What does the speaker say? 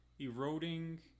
eroding